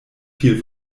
viel